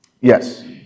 Yes